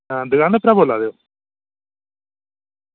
आं दुकानै उप्परा बोल्ला दे